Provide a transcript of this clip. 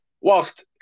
whilst